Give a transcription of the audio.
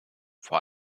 vor